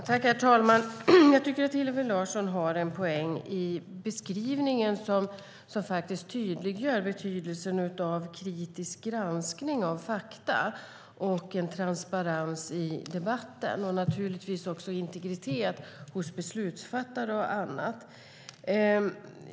Herr talman! Jag tycker att Hillevi Larsson har en poäng i beskrivningen som tydliggör betydelsen av kritisk granskning av fakta och en transparens i debatten och naturligtvis också integritet hos beslutsfattare och andra.